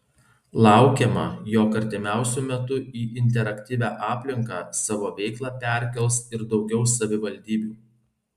laukiama jog artimiausiu metu į interaktyvią aplinką savo veiklą perkels ir daugiau savivaldybių